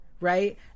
right